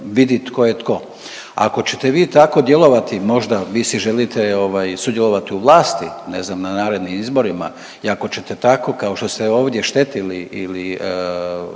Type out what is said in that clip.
vidi tko je tko. Ako ćete vi tako djelovati, možda vi si želite ovaj sudjelovati u vlasti, ne znam na narednim izborima i ako ćete tako kao što ste ovdje štetili ili